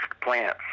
plants